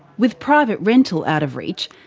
with private rental out of reach,